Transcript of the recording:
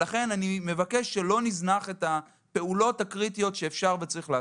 לכן אני מבקש שלא נזניח את הפעולות הקריטיות שאפשר וצריך לעשות.